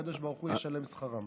הקדוש ברוך הוא ישלם שכרם.